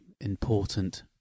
important